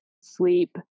sleep